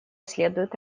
следует